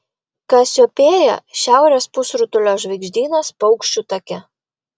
kasiopėja šiaurės pusrutulio žvaigždynas paukščių take